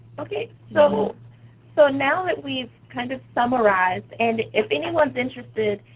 okay, so so now that we've kind of summarized, and if anyone's interested,